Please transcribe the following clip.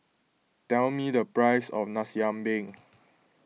tell me the price of Nasi Ambeng